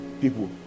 people